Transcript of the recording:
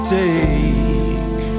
take